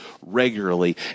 regularly